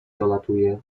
dolatuje